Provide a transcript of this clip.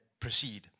proceed